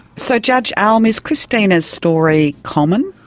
so judge alm, is christina's story comment?